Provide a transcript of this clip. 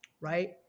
right